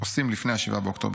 עושים לפני 7 באוקטובר.